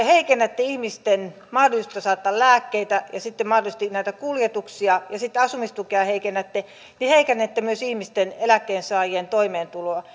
heikennätte ihmisten mahdollisuutta saada lääkkeitä ja sitten mahdollisesti näitä kuljetuksia ja sitten asumistukea heikennätte heikennätte myös ihmisten eläkkeensaajien toimeentuloa